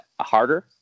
harder